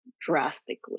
drastically